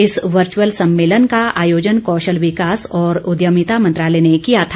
इस वर्चुअल सम्मेलन का आयोजन कौशल विकास और उद्यभिता मंत्रालय ने किया था